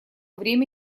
время